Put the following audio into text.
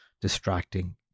distracting